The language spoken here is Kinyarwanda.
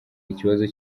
ikibazo